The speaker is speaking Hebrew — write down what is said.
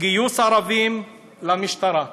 גיוס ערבים למשטרה.